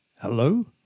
Hello